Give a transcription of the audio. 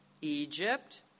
Egypt